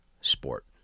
sport